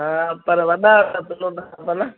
हा पर वॾा प्लॉट खपनि